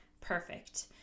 perfect